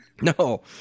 No